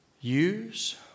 use